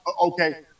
okay